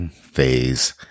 Phase